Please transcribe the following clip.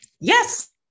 yes